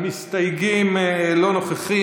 המסתייגים לא נוכחים.